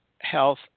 health